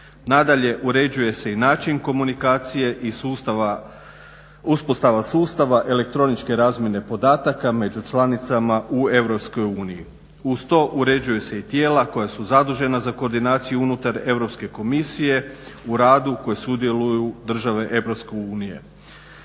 Nadalje, uređuje se i način komunikacije iz sustava uspostava sustava elektronike razmjene podataka među članicama u EU. Uz to uređuju se i tijela koja su zadužena za koordinaciju unutar Europske komisije u radu koji sudjeluju države EU.